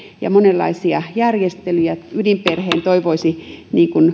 ja monenlaisia järjestelyjä ydinperheen toivoisi